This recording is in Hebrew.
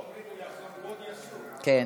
לא אומרים הוא יחזור, הוא עוד ישוב, כך אומרים.